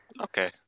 Okay